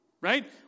right